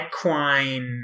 equine